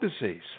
disease